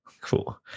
Cool